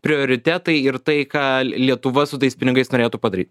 prioritetai ir tai ką l lietuva su tais pinigais norėtų padaryt